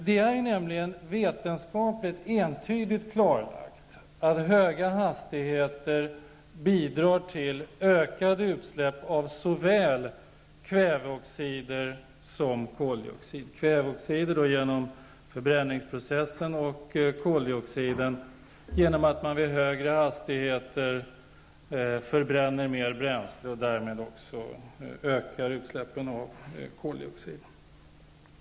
Det är nämligen vetenskaplig entydigt klarlagt att höga hastigheter bidrar till ökade utsläpp av såväl kväveoxider som koldioxider -- kväveoxider genom förbränningsprocessen och koldioxiden genom att man vid högre hastigheter förbränner mer bränsle och därmed också ökar utsläppen av koldioxid.